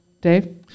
dave